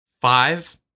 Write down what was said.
Five